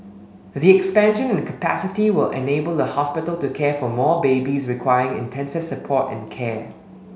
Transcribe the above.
the expansion in capacity will enable the hospital to care for more babies requiring intensive support and care